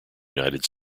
united